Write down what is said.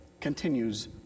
continues